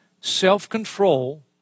self-control